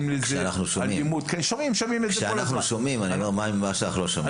כשאנחנו שומעים, מה עם מה שאנחנו לא שומעים?